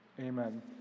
Amen